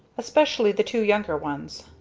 especially the two younger ones.